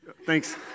Thanks